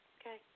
okay